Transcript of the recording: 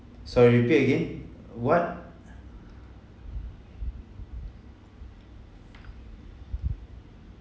sorry repeat again what